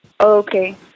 Okay